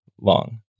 long